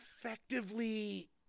effectively